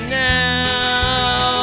now